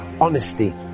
Honesty